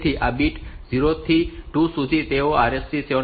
તેથી આ બીટ 0 થી 2 સુધી તેઓ RST 7